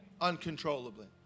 uncontrollably